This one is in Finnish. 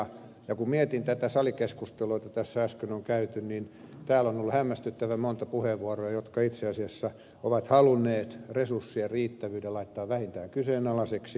ja kun mietin tätä salikeskustelua jota tässä äsken on käyty niin täällä on ollut hämmästyttävän monta puheenvuoroa joissa itse asiassa on haluttu resurssien riittävyys laittaa vähintään kyseenalaiseksi